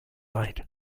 night